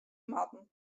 moatten